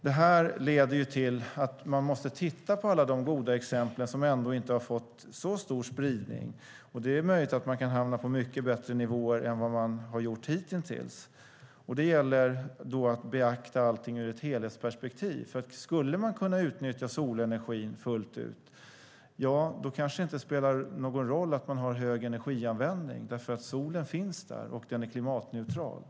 Det leder till att man måste titta på alla de goda exempel som inte har fått så stor spridning. Det är möjligt att man kan hamna på mycket bättre nivåer än vad man har gjort hittills. Det gäller att beakta allt ur ett helhetsperspektiv. Skulle man kunna utnyttja solenergin fullt ut kanske det inte spelar någon roll att man har hög energianvändning, eftersom solen finns där och är klimatneutral.